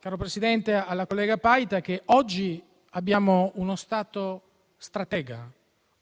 vorrei dire alla collega Paita che oggi abbiamo uno Stato stratega,